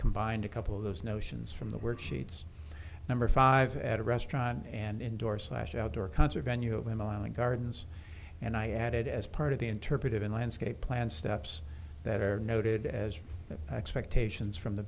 combined a couple of those notions from the worksheets number five at a restaurant and indoor slash outdoor concert venue of a mile and gardens and i added as part of the interpretive in landscape plan steps that are noted as expectations from the